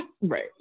Right